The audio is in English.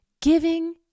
giving